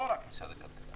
לא רק משרד הכלכלה